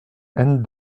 hent